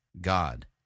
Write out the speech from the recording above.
God